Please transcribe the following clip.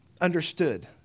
understood